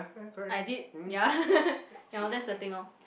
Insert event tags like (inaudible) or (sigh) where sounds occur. I did ya (laughs) ya orh that's the thing orh